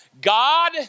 god